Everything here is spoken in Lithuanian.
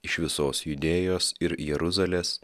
iš visos judėjos ir jeruzalės